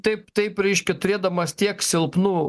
taip taip reiškia turėdamas tiek silpnų